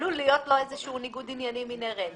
ועלול להיות לו איזשהו ניגוד עניינים אינהרנטי.